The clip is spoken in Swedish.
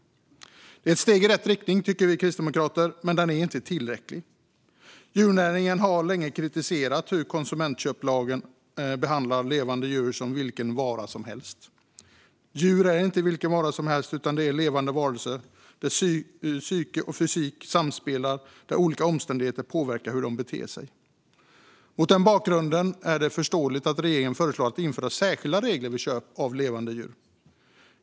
Det är ett steg i rätt riktning, tycker vi kristdemokrater, men det är inte tillräckligt. Djurnäringen har länge kritiserat hur konsumentköplagen behandlar levande djur som vilka varor som helst. Djur är inte vilka varor som helst utan levande varelser där psyke och fysik samspelar och där olika omständigheter påverkar hur de beter sig. Mot den bakgrunden är det förståeligt att regeringen föreslår att införa särskilda regler vid köp av levande djur.